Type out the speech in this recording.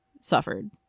suffered